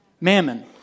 mammon